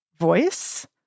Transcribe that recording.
voice